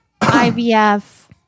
IVF